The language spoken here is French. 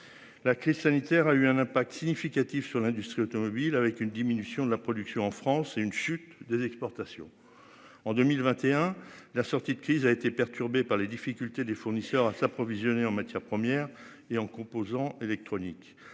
La crise sanitaire a eu un impact significatif sur l'industrie automobile, avec une diminution de la production en France et une chute des exportations en 2021, la sortie de crise a été perturbée par les difficultés des fournisseurs à s'approvisionner en matières premières et en composants électroniques.